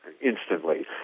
instantly